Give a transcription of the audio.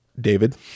David